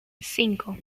cinco